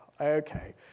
Okay